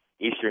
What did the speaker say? eastern